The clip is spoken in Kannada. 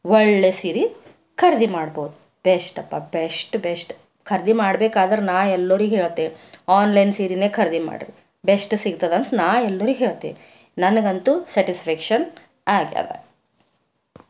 ಒಳ್ಳೆ ಸೀರೆ ಖರೀದಿ ಮಾಡ್ಬೋದು ಬೆಷ್ಟ್ ಪಾ ಬೆಷ್ಟ್ ಬೆಷ್ಟ್ ಖರೀದಿ ಮಾಡ್ಬೇಕಾದ್ರೆ ನಾ ಎಲ್ಲರಿಗೂ ಹೇಳ್ತೆ ಆನ್ಲೈನ್ ಸೀರೆನೇ ಖರೀದಿ ಮಾಡ್ರಿ ಬೆಶ್ಟ್ ಸಿಗ್ತದ ಅಂತ ನಾನು ಎಲ್ಲರಿಗೂ ಹೇಳ್ತೆ ನನಗಂತೂ ಸ್ಯಾಟಿಸ್ಫಾಕ್ಷನ್ ಆಗಿದೆ